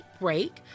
break